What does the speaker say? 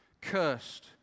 cursed